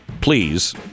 Please